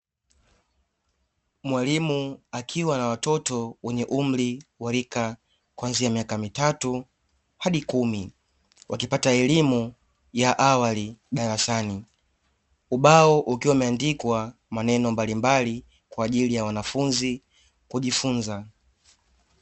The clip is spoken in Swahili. Mwalimu akiwa na watoto wenye umri wa rika kuanzia miaka mitatu hadi kumi, wakipata elimu ya awali darasani. Ubao ukiwa umeandikwa maneno mbalimbali kwaajili ya wanafunzi kujifunza.